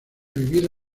vivir